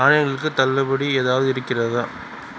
தானியங்களுக்கு தள்ளுபடி ஏதாவது இருக்கிறதா